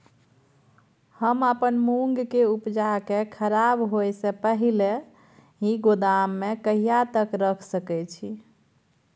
हम अपन मूंग के उपजा के खराब होय से पहिले ही गोदाम में कहिया तक रख सके छी?